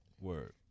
Word